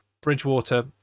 Bridgewater